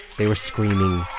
they were screaming